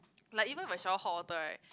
like even if I shower hot water right